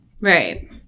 Right